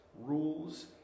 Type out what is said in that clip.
rules